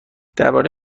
درباره